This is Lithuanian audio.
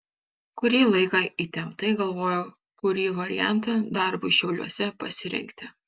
kurį laiką įtemptai galvojau kurį variantą darbui šiauliuose pasirinkti